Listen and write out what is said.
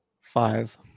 five